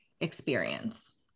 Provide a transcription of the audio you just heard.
experience